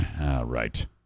Right